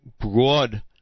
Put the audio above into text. broad